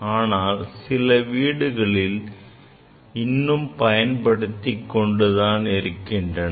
ஆனால் சில வீடுகளில் இன்னும் பயன்படுத்திக் கொண்டுதான் இருக்கின்றனர்